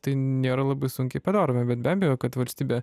tai nėra labai sunkiai padaroma bet be abejo kad valstybė